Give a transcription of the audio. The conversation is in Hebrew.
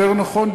יותר נכון,